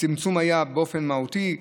הצמצום היה באופן מהותי.